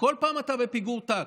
וכל פעם אתה בפיגור טקט.